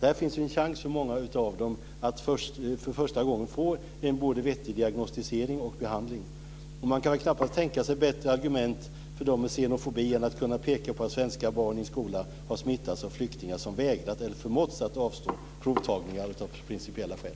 Där finns ju en chans för många av dem att för första gången få en vettig diagnostisering och behandling. Man kan väl knappast tänka sig bättre argument för dem med xenofobi än att kunna peka på att svenska barn i skolan har smittats av flyktingar som vägrat eller förmåtts att avstå från provtagningar av principiella skäl.